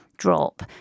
drop